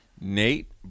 Nate